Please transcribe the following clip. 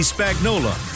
Spagnola